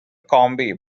combe